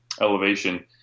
elevation